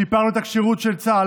שיפרנו את הכשירות של צה"ל,